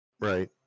Right